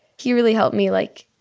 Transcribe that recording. he really helped me, like,